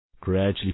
gradually